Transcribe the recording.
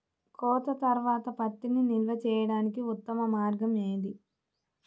కోత తర్వాత పత్తిని నిల్వ చేయడానికి ఉత్తమ మార్గం ఏది?